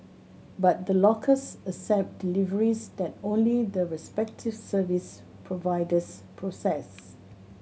but the lockers accept deliveries that only the respective service providers process